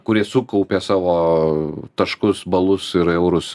kurie sukaupė savo taškus balus ir eurus